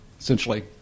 essentially